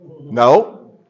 No